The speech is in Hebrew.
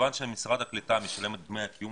מכיוון שמשרד הקליטה משלם את דמי הקיום